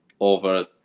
over